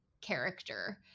character